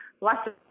lots